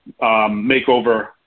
makeover